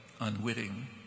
unwitting